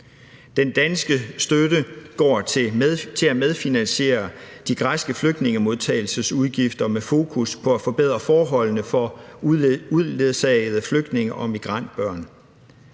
Den danske støtte går til at medfinansiere de græske flygtningemodtagelsesudgifter med fokus på at forbedre forholdene for uledsagede flygtninge- og migrantbørn.